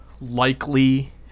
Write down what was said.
likely